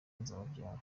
nzababyara